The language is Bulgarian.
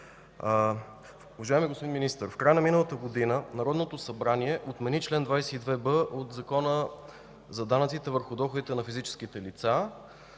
Уважаеми господин Министър, в края на миналата година Народното събрание отмени чл. 22б от Закона за данъците върху доходите на физическите лица,